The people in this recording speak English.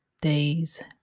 days